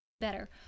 better